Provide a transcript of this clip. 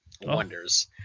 wonders